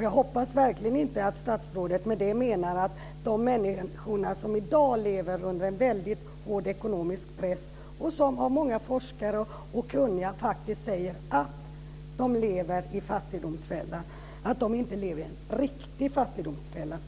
Jag hoppas verkligen inte att statsrådet med det menar att de människor som i dag lever under en väldigt hård ekonomisk press, och som många forskare och kunniga faktiskt säger lever i en fattigdomsfälla, inte lever i en riktig fattigdomsfälla.